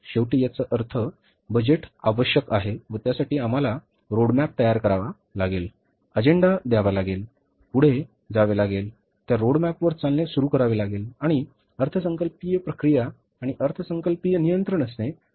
शेवटी याचा अर्थ बजेट आवश्यक आहे व त्यासाठी आम्हाला रोडमॅप तयार करावा लागेल अजेंडा द्यावा लागेल पुढे जावे लागेल त्या रोडमॅपवर चालणे सुरू करावे लागेल आणि अर्थसंकल्पीय प्रक्रिया आणि अर्थसंकल्पीय नियंत्रण असणे आवश्यक आहे